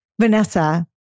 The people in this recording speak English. Vanessa